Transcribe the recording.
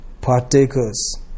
partakers